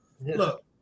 look